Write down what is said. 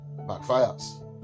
backfires